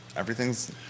Everything's